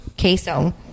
queso